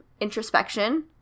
introspection